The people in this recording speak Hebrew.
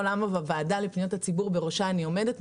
למה בוועדה לפניות הציבור בראשה אני עומדת,